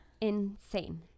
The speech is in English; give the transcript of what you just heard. Insane